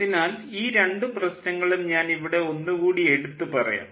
അതിനാൽ ഈ രണ്ടു പ്രശ്നങ്ങളും ഞാൻ ഇവിടെ ഒന്നുകൂടി എടുത്തുപറയാം